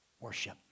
Worship